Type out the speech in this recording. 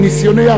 מניסיוני,